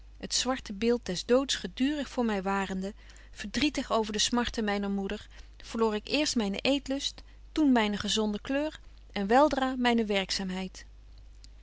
het zwarte beeld des doods gedurig voor my warende verdrietig over de smarten myner moeder verloor ik eerst myne eetlust toen myne gezonde kleur en wel dra myne werkzaamheid